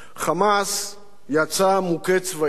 "חמאס" יצא מוכה צבאית,